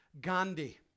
Gandhi